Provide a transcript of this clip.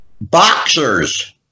boxers